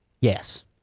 Yes